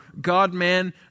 God-man